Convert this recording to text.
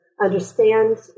understand